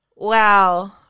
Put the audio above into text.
Wow